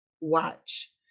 watch